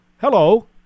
Hello